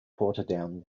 portadown